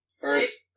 First